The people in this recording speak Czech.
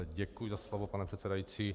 Děkuji za slovo, pane předsedající.